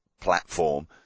platform